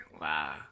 Wow